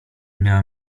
miała